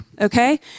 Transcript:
okay